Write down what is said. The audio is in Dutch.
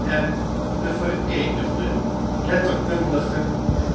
en de vereenigde